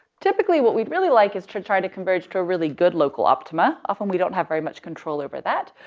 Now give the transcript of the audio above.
typically what we'd really like is to try to converge to a really good local optima. often we don't have very much control over that.